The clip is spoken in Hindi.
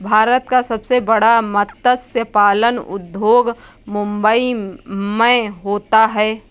भारत का सबसे बड़ा मत्स्य पालन उद्योग मुंबई मैं होता है